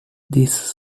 this